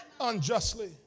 unjustly